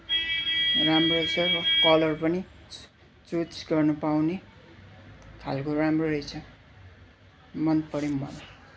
राम्रै रहेछ कलर पनि चुज गर्नु पाउने खालको राम्रो रहेछ मनपर्यो मलाई